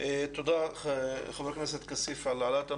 תודה, חבר הכנסת כסיף, על העלאת הנושא.